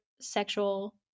sexual